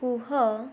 କୁହ